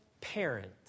parent